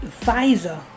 pfizer